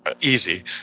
easy